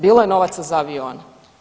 Bilo je novaca za avione.